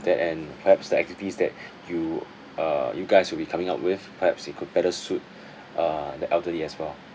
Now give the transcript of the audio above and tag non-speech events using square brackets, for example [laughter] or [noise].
that and perhaps the activities that [breath] you uh you guys will be coming up with perhaps you could better suit [breath] uh the elderly as well